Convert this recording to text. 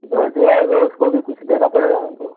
तो घर जो आएगा उसको भी कुछ देना पड़ेगा हमको